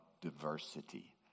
diversity